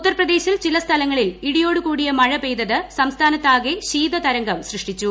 ഉത്തർപ്രദേശിൽ ചില സമ്പ്രങ്ങ്ളിൽ ഇടിയോടു കൂടിയ മഴ പെയ്തത് സംസ്ഥാനത്താകെ ശീത്ത്രംഗം സൃഷ്ടിച്ചു